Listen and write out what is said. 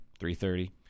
$330